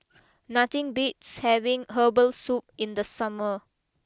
nothing beats having Herbal Soup in the summer